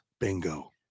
Bingo